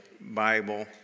Bible